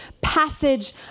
passage